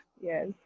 Yes